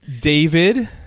David